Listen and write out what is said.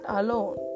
alone